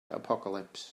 apocalypse